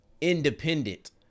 independent